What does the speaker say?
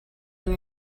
own